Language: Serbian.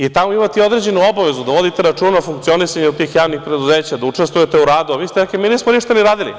I tamo imate određenu obavezu, da vodite računa o funkcionisanju tih javnih preduzeća, da učestvujete u radu, a vi ste rekli da niste ništa ni radili.